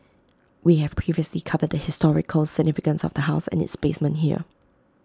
we have previously covered the historical significance of the house and its basement here